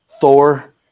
Thor